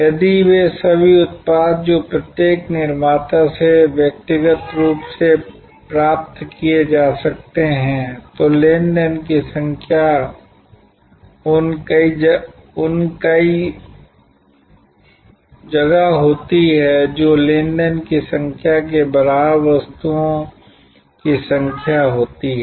यदि वे सभी उत्पाद जो प्रत्येक निर्माता से व्यक्तिगत रूप से प्राप्त किए जा सकते हैं तो लेनदेन की संख्या उन कई होती है जो लेनदेन की संख्या के बराबर वस्तुओं की संख्या होती है